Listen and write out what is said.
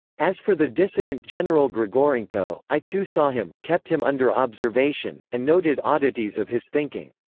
as for the dissident general grigorenko, i too saw him, kept him under observation, and noted oddities of his thinking.